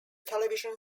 television